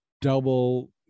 double